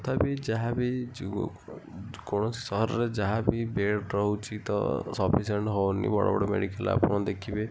ତଥାପି ଯାହାବି କୌଣସି ସହରର ଯାହାବି ବେଡ଼୍ ରହୁଛି ତ ସଫିସେଣ୍ଟ୍ ହେଉନି ବଡ଼ ବଡ଼ ମେଡ଼ିକାଲ୍ରେ ଆପଣ ଦେଖିବେ